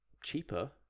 cheaper